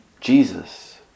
Jesus